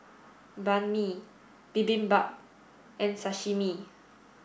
Banh Mi Bibimbap and Sashimi